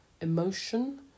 emotion